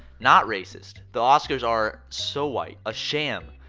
not racist. the oscars are so white. a sham.